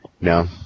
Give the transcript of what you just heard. No